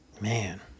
man